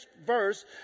verse